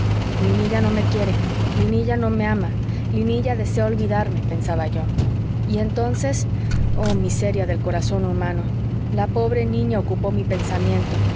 amor linilla no me quiere linilla no me ama linilla desea olvidarme pensaba yo y entonces oh miseria del corazón humano la pobre niña ocupó mi pensamiento